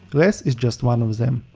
less is just one of them.